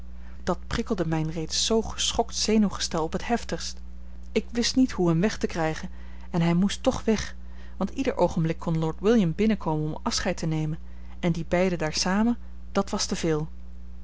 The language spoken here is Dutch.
dat prikkelde mijn reeds zoo geschokt zenuwgestel op het heftigst ik wist niet hoe hem weg te krijgen en hij moest toch weg want ieder oogenblik kon lord william binnenkomen om afscheid te nemen en die beiden daar samen dat was te veel